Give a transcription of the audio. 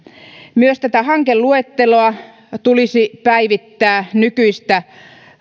myös tätä hankeluetteloa tulisi päivittää nykyistä